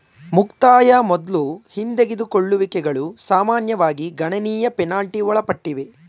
ಮುಕ್ತಾಯ ಮೊದ್ಲು ಹಿಂದೆಗೆದುಕೊಳ್ಳುವಿಕೆಗಳು ಸಾಮಾನ್ಯವಾಗಿ ಗಣನೀಯ ಪೆನಾಲ್ಟಿ ಒಳಪಟ್ಟಿವೆ